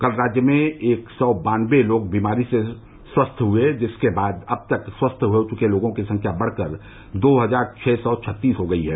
कल राज्य में एक सौ बानबे लोग बीमारी से स्वस्थ हुए जिसके बाद अब तक स्वस्थ हो चुके लोगों की संख्या बढ़कर दो हजार छः सौ छत्तीस हो गई है